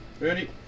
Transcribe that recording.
ready